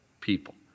people